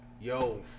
yo